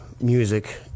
music